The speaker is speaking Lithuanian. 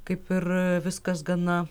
kaip ir viskas gana